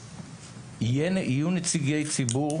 יהיו בה נציגי ציבור,